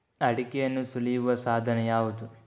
ಅಡಿಕೆಯನ್ನು ಸುಲಿಯುವ ಸಾಧನ ಯಾವುದು?